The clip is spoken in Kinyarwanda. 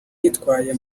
nitwaye